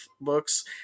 books